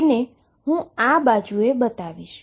તેને હુ આ બાજુએ બતાવીશ